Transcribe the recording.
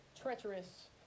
treacherous